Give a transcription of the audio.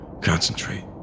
Concentrate